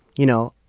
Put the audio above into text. you know,